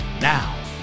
Now